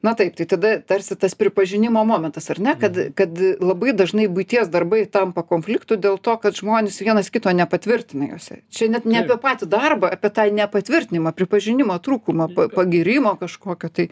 na taip tai tada tarsi tas pripažinimo momentas ar ne kad kad labai dažnai buities darbai tampa konfliktu dėl to kad žmonės vienas kito nepatvirtina juose čia net ne apie patį darbą apie tą nepatvirtinimą pripažinimo trūkumą pa pagyrimo kažkokio tai